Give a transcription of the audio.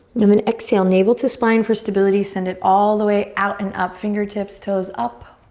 then then exhale, navel to spine for stability. send it all the way out and up. fingertips, toes up.